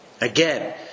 Again